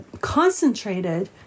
concentrated